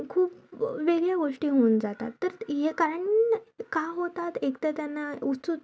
खूप वेगळ्या गोष्टी होऊन जातात तर हे कारण का होतात एक तर त्यांना उत्सुत